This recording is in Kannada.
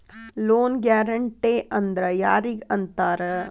ಲೊನ್ ಗ್ಯಾರಂಟೇ ಅಂದ್ರ್ ಯಾರಿಗ್ ಅಂತಾರ?